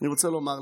אני רוצה לומר לך,